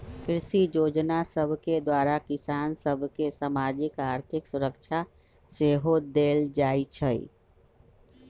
कृषि जोजना सभके द्वारा किसान सभ के सामाजिक, आर्थिक सुरक्षा सेहो देल जाइ छइ